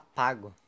pago